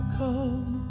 come